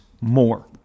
more